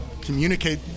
communicate